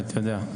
תודה.